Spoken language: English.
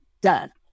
done